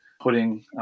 putting